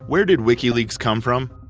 where did wikileaks come from?